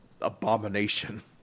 Abomination